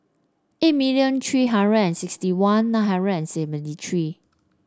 eight million three hundred and sixty one nine hundred and seventy three